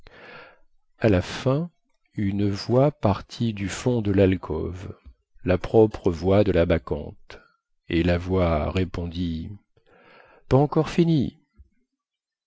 à la fin une voix partit du fond de lalcôve la propre voix de la bacchante et la voix répondit pas encore finie